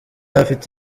afite